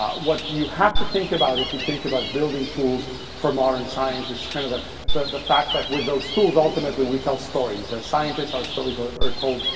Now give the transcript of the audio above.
ah what do you have to think about if you think about building tools for modern science is kind of the the fact that with those tools, ultimately, we tell stories. as scientists, our stories are told,